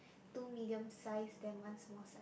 two medium size then one small size